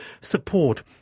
Support